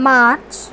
March